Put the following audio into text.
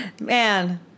Man